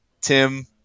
Tim